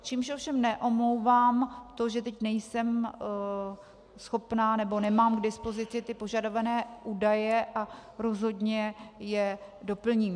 Čímž ovšem neomlouvám to, že teď nejsem schopna, nebo nemám k dispozici ty požadované údaje, a rozhodně je doplním.